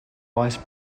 vice